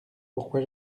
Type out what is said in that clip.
pourquoi